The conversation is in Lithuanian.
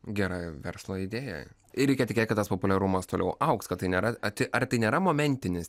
gera verslo idėja ir reikia tikėt kad tas populiarumas toliau augs kad tai nėra arti ar tai nėra momentinis